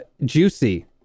juicy